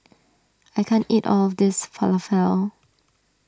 I can't eat all of this Falafel